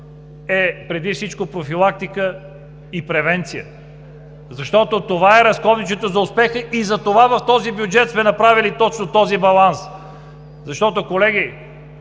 е преди всичко профилактика и превенция, защото това е разковничето за успеха. Затова в този бюджет сме направили именно такъв баланс. Колеги,